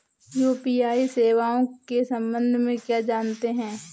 UPI सेवाओं के संबंध में क्या जानते हैं?